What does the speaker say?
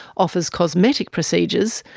offers cosmetic procedures,